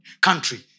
country